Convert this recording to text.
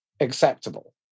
acceptable